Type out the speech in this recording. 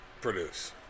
produce